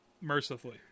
Mercifully